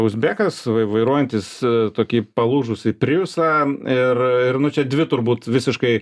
uzbekas vai vairuojantis tokį palūžusį prijusą ir nu čia dvi turbūt visiškai